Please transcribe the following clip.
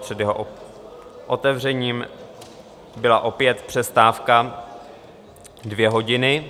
Před jeho otevřením byla opět přestávka dvě hodiny.